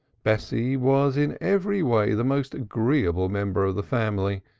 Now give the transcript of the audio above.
bessie was in every way the most agreeable member of the family,